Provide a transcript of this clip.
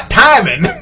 timing